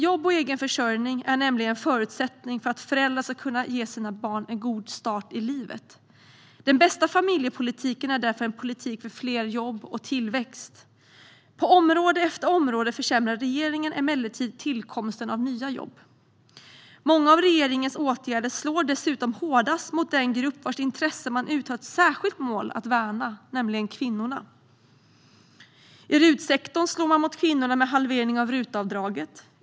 Jobb och egen försörjning är nämligen en förutsättning för att föräldrar ska kunna ge sina barn en god start i livet. Den bästa familjepolitiken är därför en politik för fler jobb och tillväxt. På område efter område försämrar regeringen emellertid tillkomsten av nya jobb. Många av regeringens åtgärder slår dessutom hårdast mot den grupp vars intressen man uttalat ett särskilt mål att värna, nämligen kvinnorna. I RUT-sektorn slår man mot kvinnorna med halveringen av RUT-avdraget.